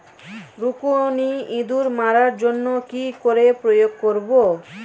রুকুনি ইঁদুর মারার জন্য কি করে প্রয়োগ করব?